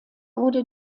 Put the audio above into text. wurde